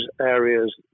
areas